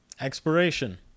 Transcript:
Expiration